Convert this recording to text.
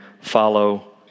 follow